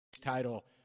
Title